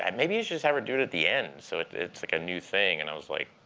um maybe you should just have her do it at the end so it's, like a new thing. and i was like,